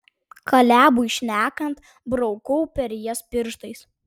kalebui šnekant braukau per jas pirštais